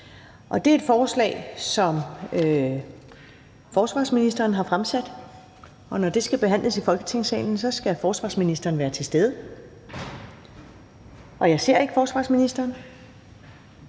Det er et forslag, som forsvarsministeren har fremsat, og når det skal behandles i Folketingssalen, skal forsvarsministeren være til stede – og jeg ser ikke forsvarsministeren.